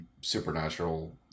supernatural